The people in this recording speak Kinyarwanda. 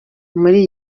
muri